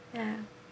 yeah